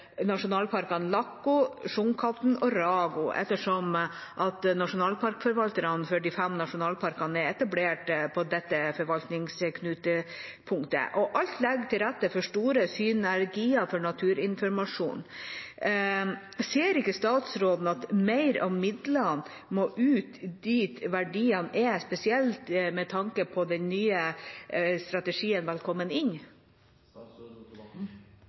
nasjonalparkene Làhko, Sjunkhatten og Rago ettersom nasjonalparkforvalterne for de fem nasjonalparkene er etablert på dette forvaltningsknutepunktet. Alt ligger til rette for store synergier for naturinformasjon. Ser ikke statsråden at mer av midlene må ut dit verdiene er, spesielt med tanke på den nye strategien Velkommen inn!